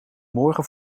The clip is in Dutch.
morgen